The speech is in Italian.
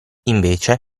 invece